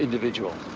individual.